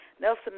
Nelson